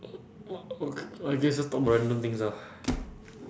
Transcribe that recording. okay let's just talk about random things ah